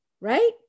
right